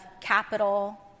capital